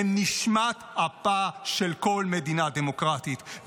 הן נשמת אפה של כל מדינה דמוקרטית,